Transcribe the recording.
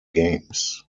games